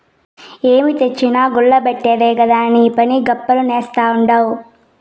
ఏం తెచ్చినా కుల్ల బెట్టుడే కదా నీపని, గప్పాలు నేస్తాడావ్